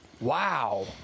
Wow